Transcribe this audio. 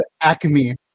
acme